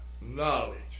knowledge